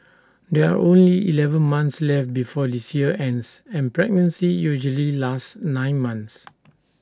there are only Eleven months left before this year ends and pregnancy usually lasts nine months